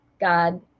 God